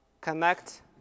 connect